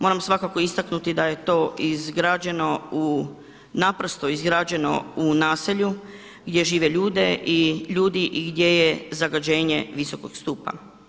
Moramo svakako istaknuti da je to izgrađeno u naprosto izgrađeno u naselju gdje žive ljudi i gdje je zagađenje visokog stupnja.